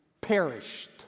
perished